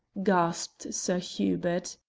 gasped sir hubert.